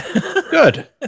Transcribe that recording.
Good